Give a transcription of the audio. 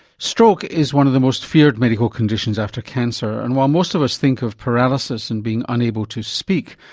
stroke is one of the most feared medical conditions after cancer, and while most of us think of paralysis and being unable to speak,